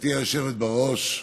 גברתי היושבת-ראש,